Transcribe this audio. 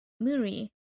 Muri